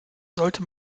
sollte